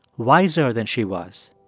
wiser than she was.